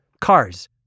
Cars